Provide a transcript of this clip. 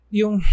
yung